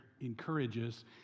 encourages